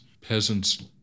peasants